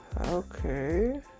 Okay